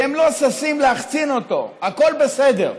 והם לא ששים להחצין אותו, הכול בסדר.